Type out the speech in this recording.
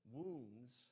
wounds